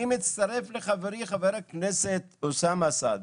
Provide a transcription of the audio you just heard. אני מצטרף לחברי, חבר הכנסת אוסאמה סעדי,